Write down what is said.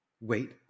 wait